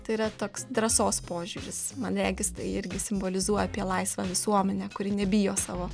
tai yra toks drąsos požiūris man regis tai irgi simbolizuoja apie laisvą visuomenę kuri nebijo savo